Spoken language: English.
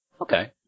Okay